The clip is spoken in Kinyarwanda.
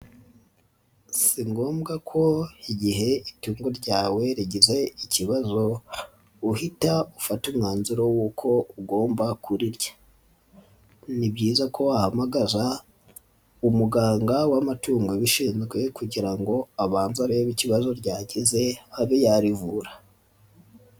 Si ngombwa ko igihe itungo ryawe rigize ikibazo uhita ufata umwanzuro w'uko ugomba kurirya, ni byiza ko wahamagaza umuganga w'amatungo ubishinzwe kugira ngo abanze arebe ikibazo ryagize abe yarivura.